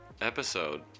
episode